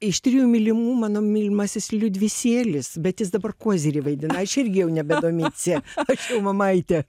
iš trijų mylimų mano mylimasis liudvisėlis bet jis dabar kozirį vaidina aš irgi jau nebe domicija aš jau mamaitė